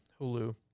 hulu